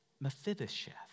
Mephibosheth